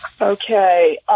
Okay